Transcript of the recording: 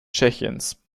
tschechiens